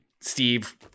Steve